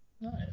Nice